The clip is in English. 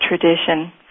tradition